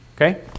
Okay